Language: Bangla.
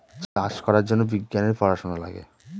চাষ করার জন্য বিজ্ঞানের পড়াশোনা লাগে